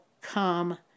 come